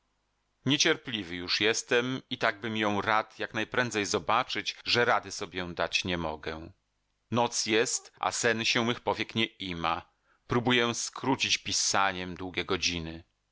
niecierpliwy już jestem i takbym ją rad jak najprędzej zobaczyć że rady sobie dać nie mogę noc jest a sen się mych powiek nie ima próbuję skrócić pisaniem długie godziny